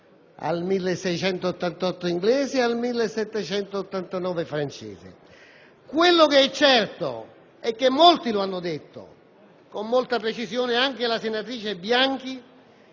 al 1688 inglese ed al 1789 francese). Quel che è certo, come molti hanno rilevato (con molta precisione anche la senatrice Bianchi),